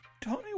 Tony